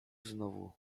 znowu